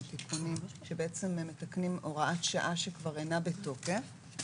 תיקונים שמתקנים הוראת שעה שכבר אינה בתוקף,